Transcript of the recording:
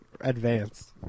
advanced